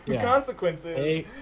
consequences